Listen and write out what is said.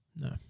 No